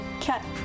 cat